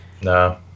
No